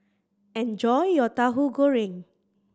enjoy your Tahu Goreng